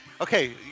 okay